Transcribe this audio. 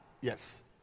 Yes